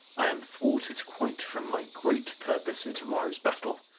i am thwarted quite from my great purpose in to-morrow's battle.